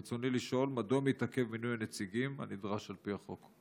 רצוני לשאול: מדוע מתעכב מינוי הנציגים הנדרש על פי חוק?